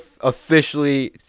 officially